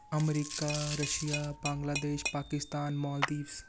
America Russia Bangladesh Pakistan Maldives